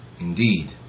indeed